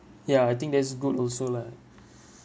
ya I think that's good also lah